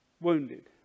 wounded